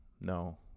no